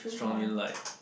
strongly like